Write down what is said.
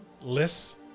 lists